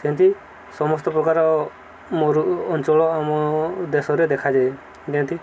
ସେମିତି ସମସ୍ତ ପ୍ରକାର ମରୁ ଅଞ୍ଚଳ ଆମ ଦେଶରେ ଦେଖାଯାଏ ଯେମିତି